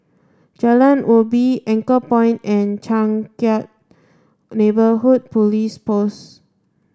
Jalan Ubi Anchorpoint and Changkat Neighbourhood Police Post